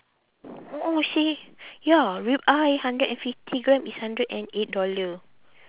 seh ya rib eye hundred and fifty gram is hundred and eight dollar